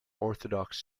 orthodox